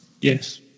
Yes